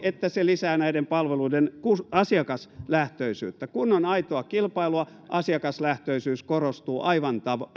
että se lisää näiden palveluiden asiakaslähtöisyyttä kun on aitoa kilpailua asiakaslähtöisyys korostuu aivan